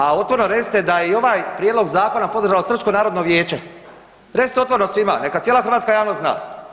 A otvoreno recite da je i ovaj Prijedlog zakona podržalo Srpsko narodno vijeće, recite otvoreno svima neka cijela hrvatska javnost zna.